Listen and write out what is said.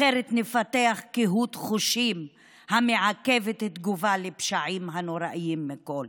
אחרת נפתח קהות חושים המעכבת תגובה על הפשעים הנוראיים מכול.